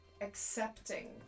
accepting